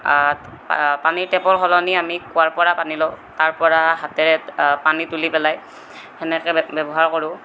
পানী টেপৰ সলনি আমি কুঁৱাৰপৰা পানী লওঁ তাৰপৰা হাতেৰে পানী তুলি পেলাই সেনেকৈ বে ব্যৱহাৰ কৰোঁ